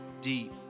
deep